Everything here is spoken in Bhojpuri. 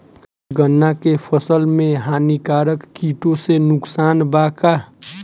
गन्ना के फसल मे हानिकारक किटो से नुकसान बा का?